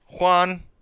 Juan